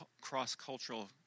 cross-cultural